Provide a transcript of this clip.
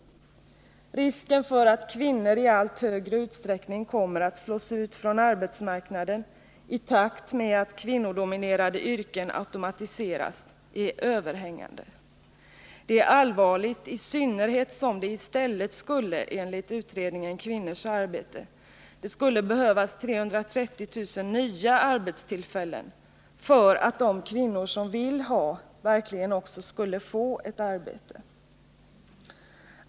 Risken för att kvinnor i allt högre utsträckning kommer att slås ut från arbetsmarknaden i takt med att kvinnodominerade yrken automatiseras är överhängande. Det är allvarligt, i synnerhet som det i stället skulle, enligt utredningen Kvinnors arbete, behövas 330 000 nya arbetstillfällen för att de kvinnor som vill ha ett arbete verkligen också skulle få det.